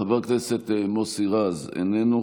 חבר הכנסת מוסי רז, איננו.